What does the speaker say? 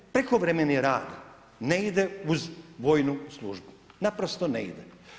Prekovremeni rad ne ide uz vojnu službu, naprosto ne ide.